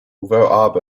although